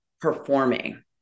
performing